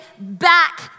back